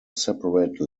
separate